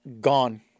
Gone